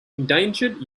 endangered